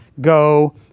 go